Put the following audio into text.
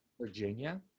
virginia